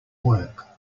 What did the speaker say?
work